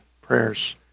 prayers